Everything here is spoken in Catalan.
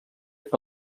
que